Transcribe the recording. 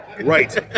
right